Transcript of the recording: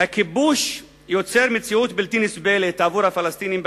"הכיבוש יוצר מציאות בלתי נסבלת עבור הפלסטינים בשטחים",